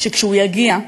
שכשהוא יגיע,